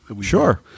Sure